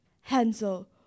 Hansel